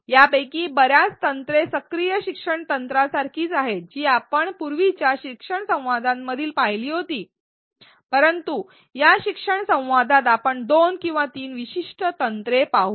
यापैकी बर्याच तंत्रे सक्रिय शिक्षण तंत्रांसारखीच आहेत जी आपण पूर्वीच्या शिक्षण संवादामध्ये पाहिली होती परंतु या शिक्षण संवादात आपण दोन किंवा तीन विशिष्ट तंत्रे पाहूया